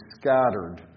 scattered